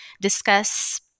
discuss